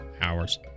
hours